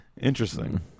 Interesting